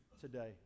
today